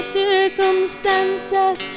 circumstances